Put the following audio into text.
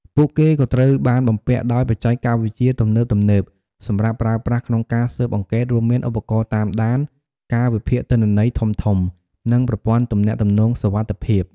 ពួកគេក៏ត្រូវបានបំពាក់ដោយបច្ចេកវិទ្យាទំនើបៗ សម្រាប់ប្រើប្រាស់ក្នុងការស៊ើបអង្កេត រួមមានឧបករណ៍តាមដាន ការវិភាគទិន្នន័យធំៗ និងប្រព័ន្ធទំនាក់ទំនងសុវត្ថិភាព។